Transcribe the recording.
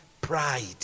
pride